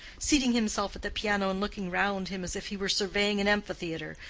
seating himself at the piano and looking round him as if he were surveying an amphitheatre,